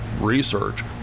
Research